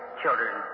children